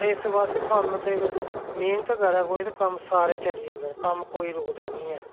ते इस बास्ते कम्म ते मैह्नत करै कोई ते कम्म सारे चली जंदे ना कम्म कोई रुकदा निं ऐ